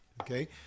Okay